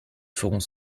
ferons